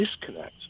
disconnect